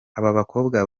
abakobwa